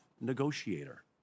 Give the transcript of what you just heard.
negotiator